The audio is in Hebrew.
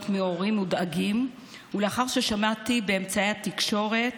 מהורים מודאגים ולאחר ששמעתי באמצעי התקשורת